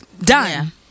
done